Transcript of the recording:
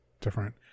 different